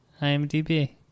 IMDb